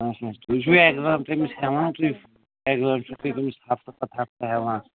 اچھا تُہۍ چھُوٕ اٮ۪کزام تٔمِس ہٮ۪وان تُہۍ اٮ۪کزام چھُو تُہۍ تٔمِس ہفتہٕ پَتہٕ ہفتہٕ ہٮ۪وان